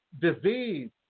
disease